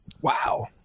Wow